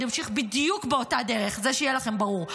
אני אמשיך בדיוק באותה הדרך, זה, שיהיה לכם ברור.